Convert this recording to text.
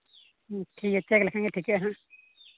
ᱴᱷᱤᱠ ᱜᱮᱭᱟ ᱪᱮᱠ ᱞᱮᱠᱷᱟᱱ ᱜᱮ ᱴᱷᱤᱠᱟᱹᱜᱼᱟ ᱦᱟᱸᱜ